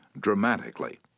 dramatically